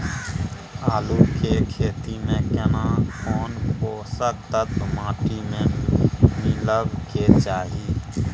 आलू के खेती में केना कोन पोषक तत्व माटी में मिलब के चाही?